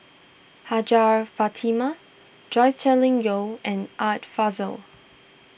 Hajjah Fatimah Joscelin Yeo and Art Fazil